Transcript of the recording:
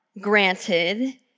granted